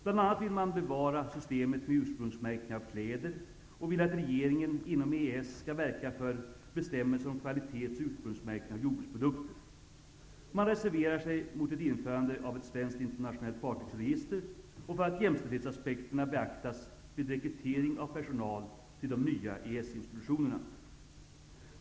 Bl.a. vill man bevara systemet med ursprungsmärkning av kläder och vill att regeringen inom EES skall verka för att bestämmelser om kvalitets och ursprungsmärkning av jordbruksprodukter införs. Man reserverar sig mot ett införande av ett svenskt internationellt fartygsregister och för att jämställdhetsaspekterna beaktas vid rekryteringen av personal till de nya EES-institutionerna.